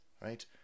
right